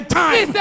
time